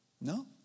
No